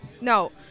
no